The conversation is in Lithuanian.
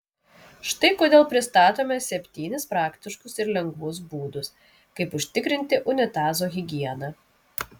štai kodėl pristatome septynis praktiškus ir lengvus būdus kaip užtikrinti unitazo higieną